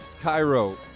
Cairo